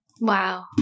Wow